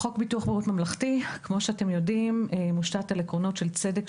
חוק ביטוח בריאות ממלכתי מושתת על עקרונות של צדק,